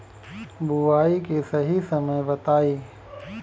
बुआई के सही समय बताई?